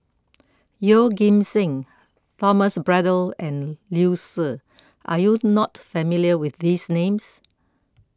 Yeoh Ghim Seng Thomas Braddell and Liu Si are you not familiar with these names